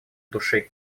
душе